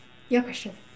your question